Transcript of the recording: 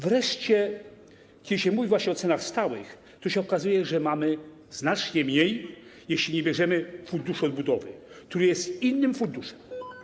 Wreszcie kiedy się mówi o cenach stałych, to się okazuje, że mamy znacznie mniej, jeśli nie bierzemy pod uwagę funduszu odbudowy, który jest innym funduszem.